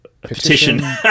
petition